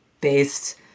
based